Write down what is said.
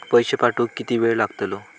पैशे पाठवुक किती वेळ लागतलो?